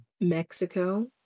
Mexico